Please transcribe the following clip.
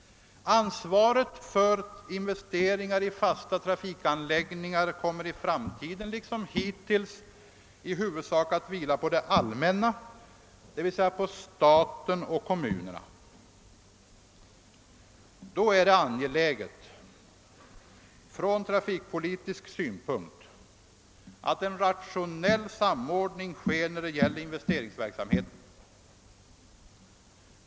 Ansvaret för investeringar i fasta trafikanläggningar kommer i framtiden liksom hittills i huvudsak att vila på det allmänna, d.v.s. på staten och kommunerna. Då är det angeläget från trafikpolitisk synpunkt att man får en rationell samordning när det gäller investeringsverksamheten.